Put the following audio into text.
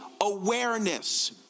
awareness